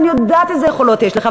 ואני יודעת איזה יכולות יש לך,